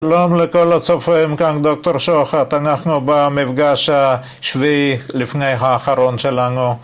שלום לכל הצופים, כאן דוקטור שוחט, אנחנו במפגש השביעי לפני האחרון שלנו